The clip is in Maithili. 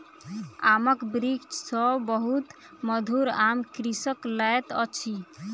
आमक वृक्ष सॅ बहुत मधुर आम कृषक लैत अछि